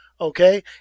Okay